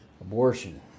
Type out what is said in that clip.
Abortion